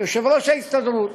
ויושב-ראש ההסתדרות